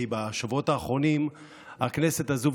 כי בשבועות האחרונים הכנסת הזו,